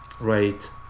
right